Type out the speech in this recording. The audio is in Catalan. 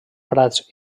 prats